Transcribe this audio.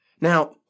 Now